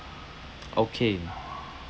okay